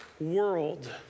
world